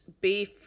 beef